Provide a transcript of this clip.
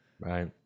Right